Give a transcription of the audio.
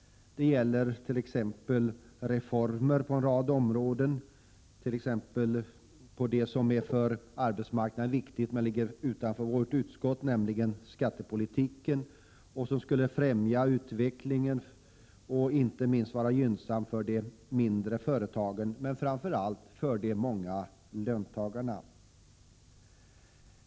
Det gäller reformer på en rad avsnitt som är viktiga men som ligger utanför arbetsmarknadsutskottets område, t.ex. skatteområdet, där åtgärderna skulle främja utvecklingen och vara gynnsamma för de mindre företagen men framför allt för de många löntagarna.